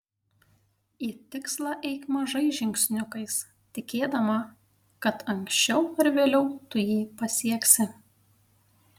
į tikslą eik mažais žingsniukais tikėdama kad anksčiau ar vėliau tu jį pasieksi